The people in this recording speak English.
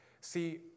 see